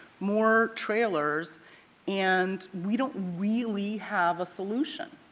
more trailers and we don't really have a solution.